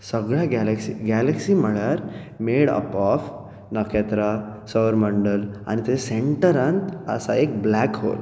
सगळे galaxy galaxy म्हळ्यार made up of नखेत्रा सौर मंडल आनी ते सेन्टरान आसा एक ब्लेक होल